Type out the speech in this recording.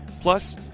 Plus